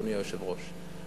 אדוני היושב-ראש,